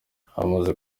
hamaze